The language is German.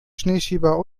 schneeschieber